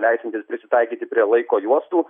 leisiantis prisitaikyti prie laiko juostų